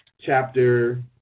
chapter